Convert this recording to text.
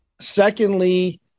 secondly